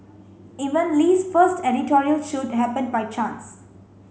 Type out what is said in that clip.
even Lee's first editorial shoot happen by chance